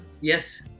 yes